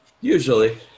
Usually